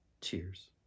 cheers